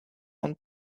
one